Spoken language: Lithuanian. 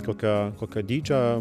kokio kokio dydžio